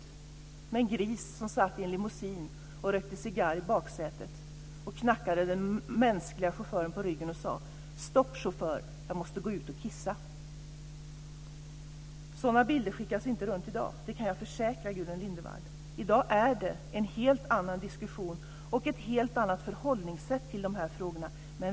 Det var en gris som satt och rökte cigarr i baksätet på en limousine och knackade den mänskliga chauffören på ryggen och sade: Stopp chaufför, jag måste gå ut och kissa. Sådana bilder skickas inte runt i dag. Det kan jag försäkra Gudrun Lindvall. I dag är det en helt annan diskussion och ett helt annat förhållningssätt till de här frågorna.